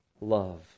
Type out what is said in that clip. love